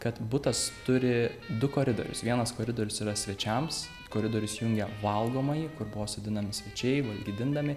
kad butas turi du koridorius vienas koridorius yra svečiams koridorius jungia valgomąjį kur buvo sodinami svečiai valgydindami